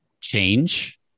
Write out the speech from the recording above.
change